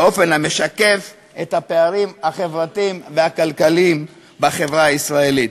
באופן המשקף את הפערים החברתיים והכלכליים בחברה הישראלית.